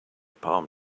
palm